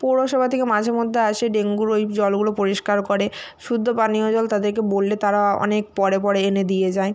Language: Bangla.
পৌরসভা থেকে মাঝেমধ্যে আসে ডেঙ্গুর ওই জলগুলো পরিষ্কার করে শুদ্ধ পানীয় জল তাদেরকে বললে তারা অনেক পরে পরে এনে দিয়ে যায়